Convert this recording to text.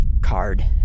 card